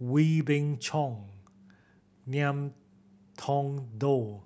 Wee Beng Chong Ngiam Tong Dow